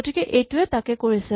গতিকে এইটোৱে তাকে কৰিছে